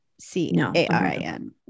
C-A-R-I-N